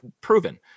proven